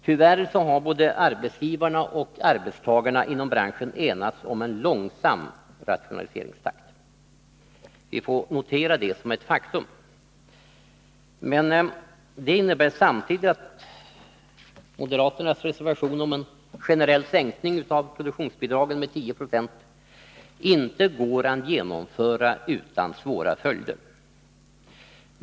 Tyvärr har både arbetsgivarna och arbetstagarna inom branschen enats om en långsam rationaliseringstakt. Vi får notera detta som ett faktum. Men det innebär samtidigt att moderaternas reservation om en generell sänkning av produktionsbidragen med 10 96 inte går att genomföra utan svåra följder.